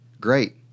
great